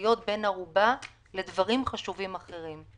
להיות בן ערובה לדברים חשובים אחרים.